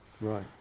Right